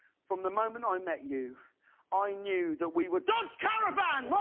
from the moment i met you i knew that we would dodge caravan!